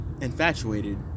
infatuated